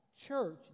church